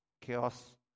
Chaos